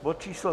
Bod číslo